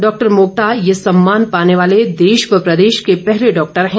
doctor Mokta ये सम्मान पाने वाले देश व प्रदेश के पहले डॉक्टर हैं